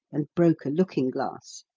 and broke a looking-glass.